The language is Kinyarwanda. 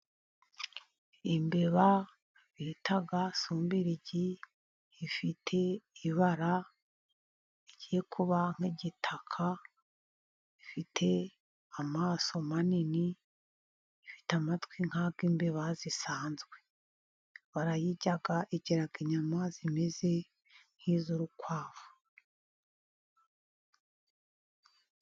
Imbeba bita sumbirigi ifite ibara rigiye kuba nk'igitaka ifite amaso manini ifite amatwi nkay' imbeba zisanzwe barayirya igira inyama zimeze nk'iz'urukwavu.